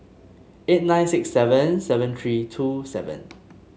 eight nine six seven seven three two seven